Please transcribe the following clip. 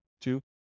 Two